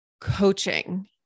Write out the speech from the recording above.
coaching